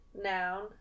Noun